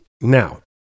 Now